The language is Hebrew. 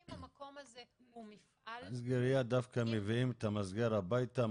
אם המקום הזה הוא מפעל --- מסגרייה דווקא מביאים את המסגר הביתה,